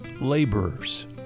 Laborers